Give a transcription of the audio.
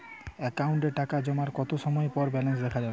অ্যাকাউন্টে টাকা জমার কতো সময় পর ব্যালেন্স দেখা যাবে?